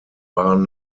waren